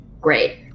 Great